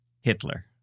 Hitler